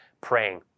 praying